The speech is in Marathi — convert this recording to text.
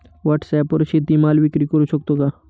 व्हॉटसॲपवर शेती माल विक्री करु शकतो का?